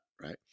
right